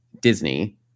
Disney